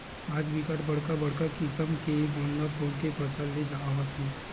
आज बिकट बड़का बड़का किसम के गोंदा फूल के फसल ले जावत हे